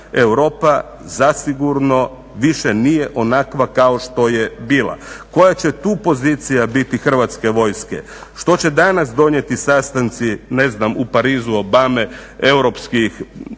Europa zasigurno više nije onakva kao što je bila. Koja će tu pozicija biti Hrvatske vojske, što će danas donijeti sastanci, ne znam, u Parizu, Obame, Europskih